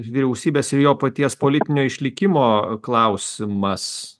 vyriausybės ir jo paties politinio išlikimo klausimas